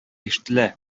ишетелә